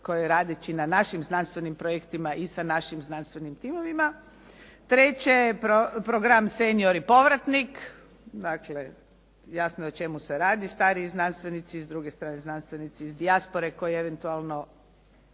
radeći na našim znanstvenim projektima i sa našim znanstvenim timovima. Treće je program "Senior i povratnik", dakle jasno je o čemu se radi, stariji znanstvenici i s druge strane znanstvenici iz dijaspore koji eventualno